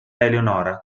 eleonora